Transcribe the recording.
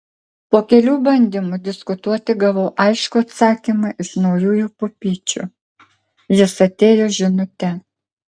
po kelių bandymų diskutuoti gavau aiškų atsakymą iš naujųjų pupyčių jis atėjo žinute